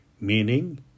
meaning